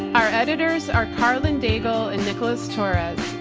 our editors our karlyn daigle and nicholas torres.